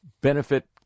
benefit